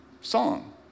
song